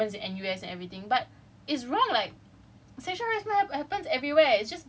you know it happens and some people actually think like oh like it only happens in N_U_S everything but